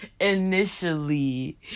initially